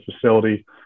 facility